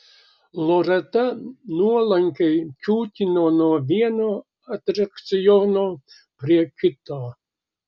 loreta nuolankiai kiūtino nuo vieno atrakciono prie kito